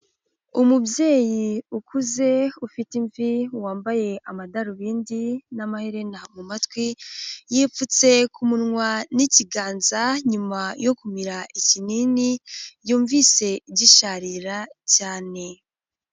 Umubyeyi ukuze ufite imvi wambaye amadarubindi n'amaherena mu matwi, yipfutse ku munwa n'ikiganza nyuma yo kumira ikinini yumvise gisharira cyane.